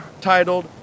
titled